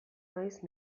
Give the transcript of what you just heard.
naiz